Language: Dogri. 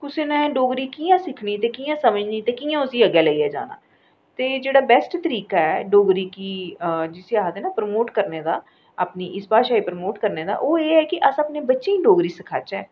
कुसै ने डोगरी कि'यां सिक्खनी कि'यां समझनी ते कि'यां उसी अग्गै लेईयै जाना ते जेह्ड़ा बैस्ट तरीका ऐ डोगरी गी जिसी आखदे ना प्रमोट करने दा अपनी इस भाशा गी प्रमोट करने दा ओह् एह् ऐ कि अस अपने बच्चें गी डोगरी सिखाचै